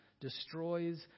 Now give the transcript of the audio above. destroys